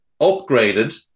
Upgraded